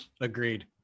Agreed